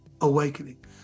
awakening